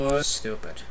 stupid